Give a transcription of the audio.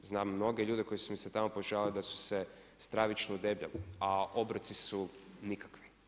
Znam mnoge ljude koji su mi se tamo požalili da su se stravično udebljali, a obroci su nikakvi.